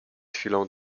chwilą